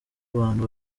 abantu